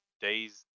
Days